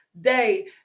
day